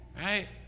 right